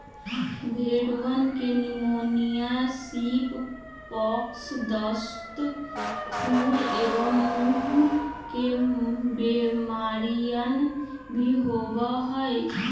भेंड़वन के pneumonia, sheep pox, दस्त, खुर एवं मुँह के बेमारियन भी होबा हई